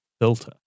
filter